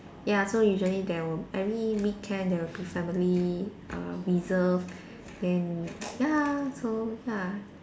ya so usually there will every weekend there will be family err reserve then ya so ya